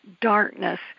darkness